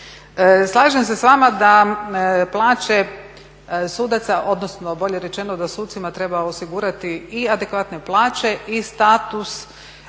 Slažem se s vama da plaće sudac odnosno bolje rečeno da sucima treba osigurati i adekvatne plaće i status. Međutim,